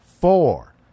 four